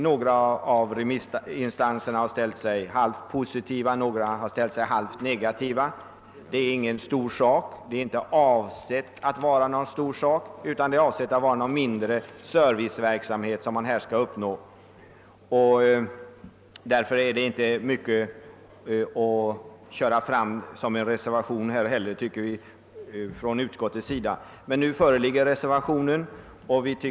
Några av remissinstanserna har ställt sig halvt positiva och några halvt negativa. Men det är som sagt ingen stor sak och är inte heller avsett att vara det; det gäller bara något slags mindre serviceverksamhet. Därför tycker vi inom utskottsmajoriteten att detta inte är mycket att föra fram i en reservation. Men nu föreligger i alla fall en sådan, och vi anser att den bör avslås.